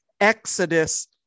Exodus